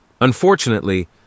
Unfortunately